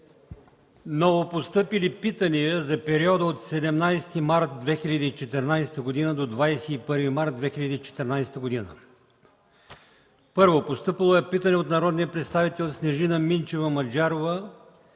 Новопостъпили питания за периода от 17 март 2014 г. до 21 март 2014 г.: 1. Постъпило е питане от народните представители Снежина Минчева Маджарова